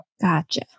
Gotcha